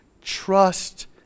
Trust